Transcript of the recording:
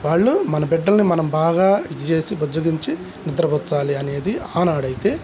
వాళ్ళు మన బిడ్డల్ని మనం బాగా ఇది చేేసి బుజ్జగించి నిద్రపుచ్చాలి అనేది ఏనాడైతే